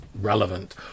relevant